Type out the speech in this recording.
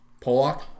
Pollock